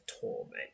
torment